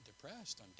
depressed